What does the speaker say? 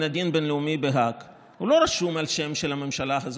הדין הבין-לאומי בהאג לא רשום על שם הממשלה הזאת.